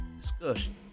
discussion